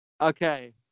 Okay